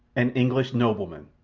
an english nobleman!